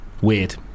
weird